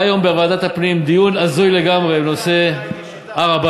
היה היום בוועדת הפנים דיון הזוי לגמרי בנושא הר-הבית.